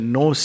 no